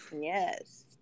Yes